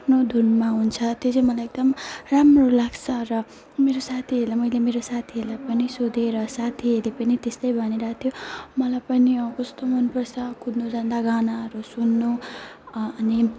आफ्नो धुनमा हुन्छ त्यो चाहिँ मलाई एकदम राम्रो लाग्छ र मेरो साथीहरूलाई मैले मेरो साथीहरूलाई पनि सोधेँ र साथीहरूले पनि त्यस्तै भनेर त्यो मलाई पनि अँ कस्तो मनपर्छ कुद्नु जाँदा गानाहरू सुन्नु अनि